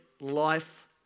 life